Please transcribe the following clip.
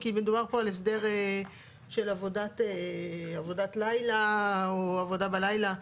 כי מדובר פה על הסדר של עבודת לילה או עבודה בלילה,